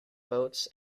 boats